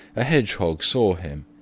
a hedgehog saw him,